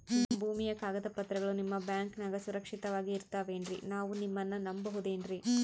ಭೂಮಿಯ ಕಾಗದ ಪತ್ರಗಳು ನಿಮ್ಮ ಬ್ಯಾಂಕನಾಗ ಸುರಕ್ಷಿತವಾಗಿ ಇರತಾವೇನ್ರಿ ನಾವು ನಿಮ್ಮನ್ನ ನಮ್ ಬಬಹುದೇನ್ರಿ?